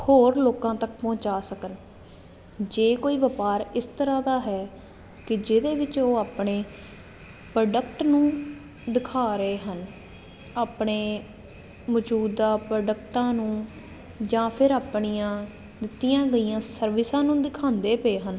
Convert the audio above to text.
ਹੋਰ ਲੋਕਾਂ ਤੱਕ ਪਹੁੰਚਾ ਸਕਣ ਜੇ ਕੋਈ ਵਪਾਰ ਇਸ ਤਰ੍ਹਾਂ ਦਾ ਹੈ ਕਿ ਜਿਹਦੇ ਵਿੱਚ ਉਹ ਆਪਣੇ ਪ੍ਰੋਡਕਟ ਨੂੰ ਦਿਖਾ ਰਹੇ ਹਨ ਆਪਣੇ ਮੌਜੂਦਾ ਪ੍ਰੋਡਕਟਾਂ ਨੂੰ ਜਾਂ ਫਿਰ ਆਪਣੀਆਂ ਦਿੱਤੀਆਂ ਗਈਆਂ ਸਰਵਿਸਾਂ ਨੂੰ ਦਿਖਾਉਂਦੇ ਪਏ ਹਨ